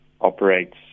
operates